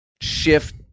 shift